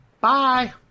Bye